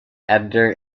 editor